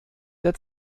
der